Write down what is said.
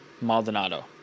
Maldonado